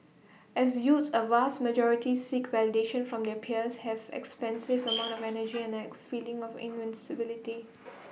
as youths A vast majority seek validation from their peers have expansive amounts of energy and feeling of invincibility